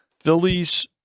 Phillies